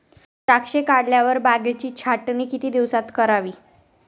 द्राक्षे काढल्यावर बागेची छाटणी किती दिवसात करावी?